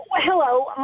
Hello